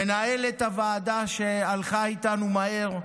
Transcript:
מנהלת הוועדה, שהלכה איתנו מהר,